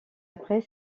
après